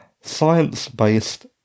science-based